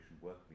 work